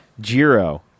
Jiro